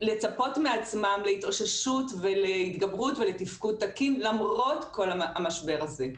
לצפות מעצמם להתאוששות ולהתגברות ולתפקוד תקין למרות כל המשבר הזה.